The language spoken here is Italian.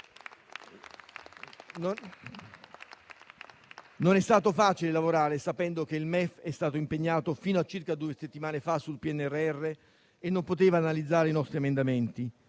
Non è stato facile lavorare sapendo che il MEF è stato impegnato fino a circa due settimane fa sul PNRR e non poteva analizzare i nostri emendamenti.